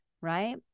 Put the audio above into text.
right